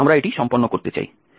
আমরা এটি সম্পন্ন করতে চাই